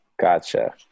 Gotcha